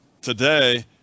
today